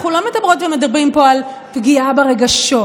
אנחנו לא מדברות ומדברים פה על פגיעה ברגשות,